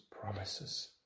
promises